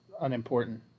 unimportant